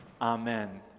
Amen